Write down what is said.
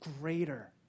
greater